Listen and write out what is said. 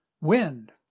wind